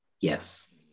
Yes